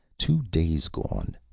two days gone,